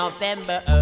November